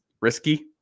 risky